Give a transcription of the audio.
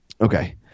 Okay